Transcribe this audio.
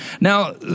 Now